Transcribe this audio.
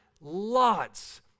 lots